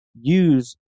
use